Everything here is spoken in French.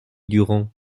durand